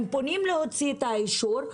הם פונים להוציא את האישור,